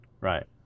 Right